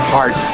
Heart